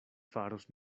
faros